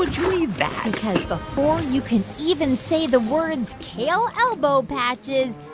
would you need that? because before you can even say the words kale elbow patches,